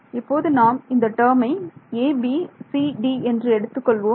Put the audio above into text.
இப்போது நாம் இந்த டேர்மை a b c d என்று எடுத்துக்கொள்வோம்